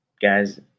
guys